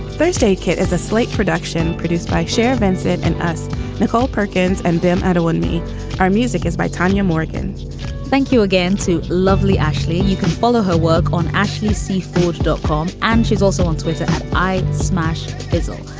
first aid kit is a slate production produced by cher, vincent and as nicole perkins and them at twenty. our music is by tanya morgan thank you again to lovely ashley. you can follow her work on ashley, see forged art form. and she's also on twitter. i smash bizzle.